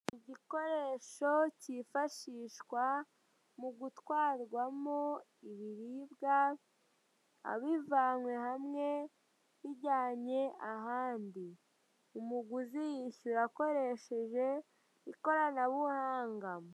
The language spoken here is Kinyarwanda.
Igikoresho cyifashishwa mu gutwarwamo ibiribwa abivana hamwe abijyanyae ahandi. Umuguzi yishyura akoresheje ikoranabuhanga.